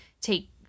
take